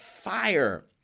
fire